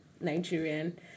Nigerian